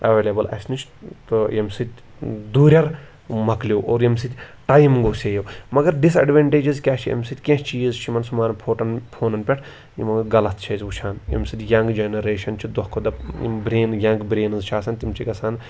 available اَسہِ نِش تہٕ ییٚمہِ سۭتۍ دوٗرٮ۪ر مَکلیو اور ییٚمہِ سۭتۍ ٹایم گوٚو سیو مگر ڈِس اٮ۪ڈوٮ۪نٹیجِز کیٛاہ چھِ اَمہِ سۭتۍ کینٛہہ چیٖز چھِ یِمَن سٕمار فوٹَن فونَن پٮ۪ٹھ یِمہٕ غلط چھِ أسۍ وُچھان ییٚمہِ سۭتۍ ینٛگ جَنریشَن چھِ دۄہ کھۄ دۄہ یِم برٛین ینٛگ برٛینٕز چھِ آسان تِم چھِ گژھان